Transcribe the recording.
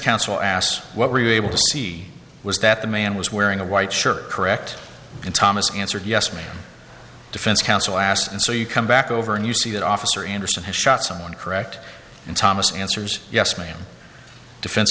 counsel asks what were you able to see was that the man was wearing a white shirt correct in thomas answered yes me defense counsel asked and so you come back over and you see that officer anderson has shot someone correct and thomas answers yes ma'am defense